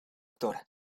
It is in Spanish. dra